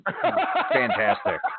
fantastic